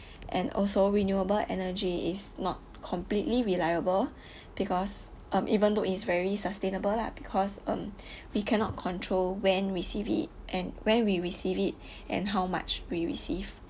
and also renewable energy is not completely reliable because um even though it's very sustainable lah because um we cannot control when receive it and where we receive it and how much we receive